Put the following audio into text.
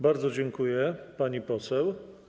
Bardzo dziękuję, pani poseł.